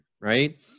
right